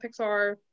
pixar